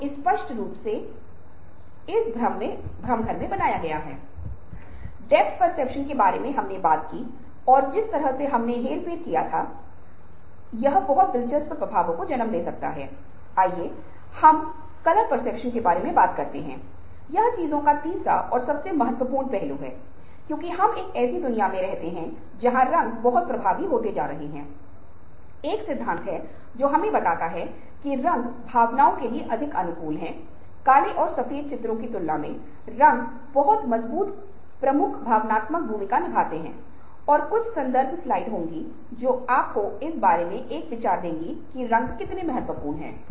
और रचनात्मक लोग वास्तविकता के साथ संपर्क खो सकते हैं क्योंकि वे अमूर्त समस्याओं में अधिक रुचि रखते हैं वे अपरंपरागत प्रकार के लोग हैं और वे पागलपन के अधिक समान हैं और उनकी रुचि की गतिविधि को आगे बढ़ाने के लिए उनके पास असाधारण मानसिक और शारीरिक ऊर्जा है